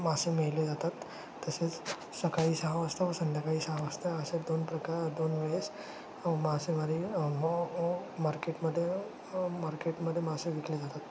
मासे मेले जातात तसेच सकाळी सहा वाजता व संध्याकाळी सहा वाजता असे दोन प्रकार दोन वेळेस मासेमारी मार्केटमध्ये मार्केटमध्ये मासे विकले जातात